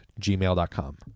gmail.com